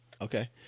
Okay